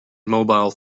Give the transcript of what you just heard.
mobile